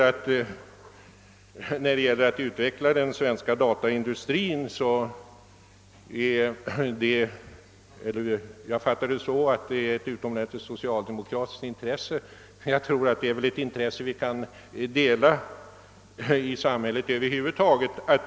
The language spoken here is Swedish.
Om jag fattade herr Hagnell rätt, menade han att det är ett starkt socialdemokratiskt intresse att utveckla den svenska datamaskinindustrin. Ja, det vill vi väl alla medverka till.